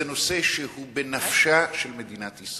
זה נושא שהוא בנפשה של מדינת ישראל,